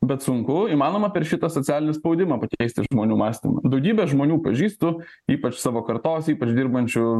bet sunku įmanoma per šitą socialinį spaudimą pakeisti žmonių mąstymą daugybę žmonių pažįstu ypač savo kartos ypač dirbančių